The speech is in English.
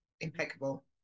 impeccable